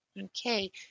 Okay